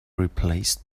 replaced